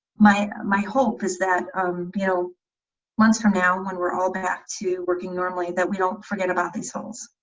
my my hope is that you know once from now when we're all back to working normally that we don't forget about these holes,